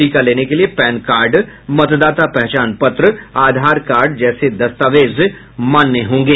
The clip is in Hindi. टीका लेने के लिये पैन कार्ड मतदाता पहचान पत्र आधार कार्ड जैसे दस्तावेज मान्य होंगे